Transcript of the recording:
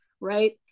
right